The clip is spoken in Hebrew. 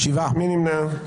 מי נמנע?